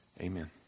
Amen